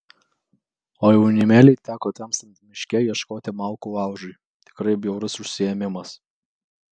o jaunimėliui teko temstant miške ieškoti malkų laužui tikrai bjaurus užsiėmimas